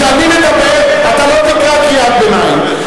כשאני מדבר, אתה לא תקרא קריאת ביניים.